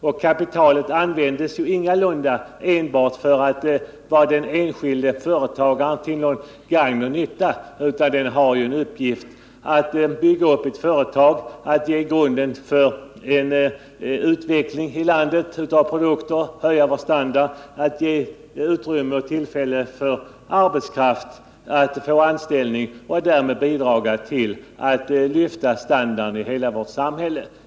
Och kapitalet används ingalunda enbart för att vara den enskilde företagaren till gagn och nytta, utan det har en uppgift i att bygga upp ett företag, att ge grunden för en utveckling av produkter i landet, att höja vår standard, att ge utrymme och tillfälle för arbetskraft att få anställning och därmed bidra till att lyfta standarden i hela vårt samhälle.